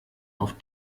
auf